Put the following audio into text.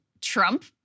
Trump